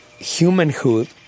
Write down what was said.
humanhood